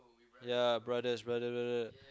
yeah brothers brother brother brother